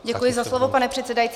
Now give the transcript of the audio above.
Děkuji za slovo, pane předsedající.